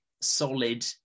solid